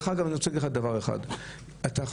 דרך אגב,